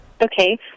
Okay